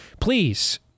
please